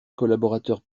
collaborateur